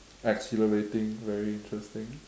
exhilarating very interesting